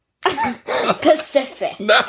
Pacific